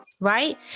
right